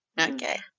Okay